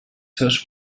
seus